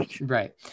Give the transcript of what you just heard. right